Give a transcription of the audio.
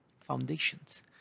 foundations